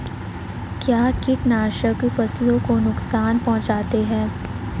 क्या कीटनाशक फसलों को नुकसान पहुँचाते हैं?